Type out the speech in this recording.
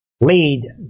lead